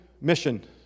mission